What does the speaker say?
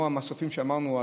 כמו המסופים שאמרנו,